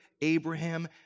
Abraham